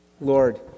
Lord